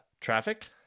Traffic